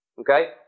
Okay